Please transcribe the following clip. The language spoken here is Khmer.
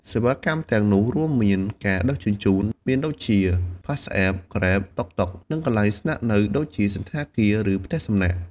សេវាកម្មទាំងនោះរួមមានការដឹកជញ្ជូន មានដូចជា PassApp, Grab, តុកតុក និងកន្លែងស្នាក់នៅ ដូចជា សណ្ឋាគារ ឬ ផ្ទះសំណាក់។